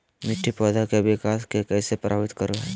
मिट्टी पौधा के विकास के कइसे प्रभावित करो हइ?